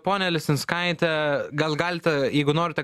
ponią lisinskaite gal galite jeigu norite